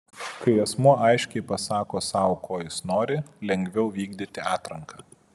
kai asmuo aiškiai pasako sau ko jis nori lengviau vykdyti atranką